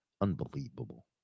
unbelievable